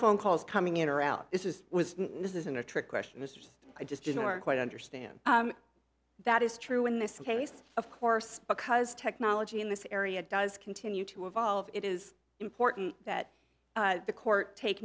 phone calls coming in or out this is was this isn't a trick question mr i just didn't work quite understand that is true in this case of course because technology in this area does continue to evolve it is important that the court take